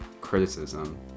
criticism